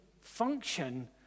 function